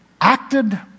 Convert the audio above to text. acted